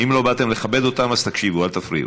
אם לא באתם לכבד אותם אז תקשיבו, אל תפריעו.